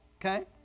okay